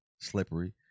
slippery